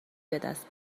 بدست